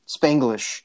Spanglish